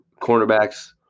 cornerbacks